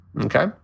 Okay